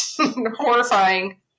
horrifying